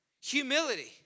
Humility